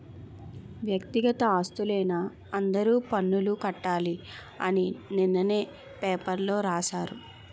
వ్యక్తిగత ఆస్తులైన అందరూ పన్నులు కట్టాలి అని నిన్ననే పేపర్లో రాశారు